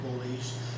police